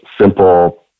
simple